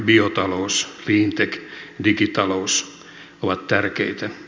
biotalous cleantech digitalous ovat tärkeitä